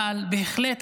אבל בהחלט,